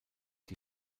die